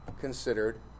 considered